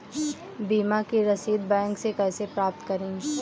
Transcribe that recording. बीमा की रसीद बैंक से कैसे प्राप्त करें?